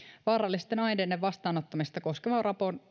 vaarallisten aineiden vastaanottamista koskevan